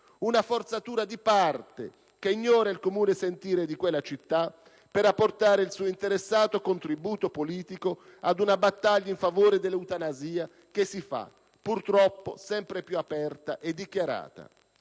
una forzatura di parte, che ignora il comune sentire di quella città per apportare il suo interessato contributo politico ad una battaglia in favore dell'eutanasia che si fa, purtroppo, sempre più aperta e dichiarata.